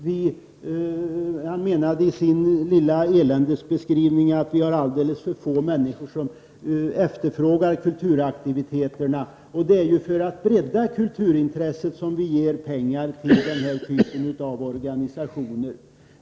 Han menade i sin lilla eländesbeskrivning att det är alldeles för få människor som efterfrågar kulturaktiviteterna. Det är för att bredda kulturintresset som vi ger pengar till den här typen av organisationer.